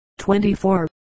24